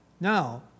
Now